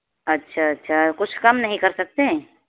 اچھا اچھا کچھ کم نہیں کر سکتے ہیں